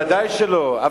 לא, לא מתחתנת, ודאי שלא.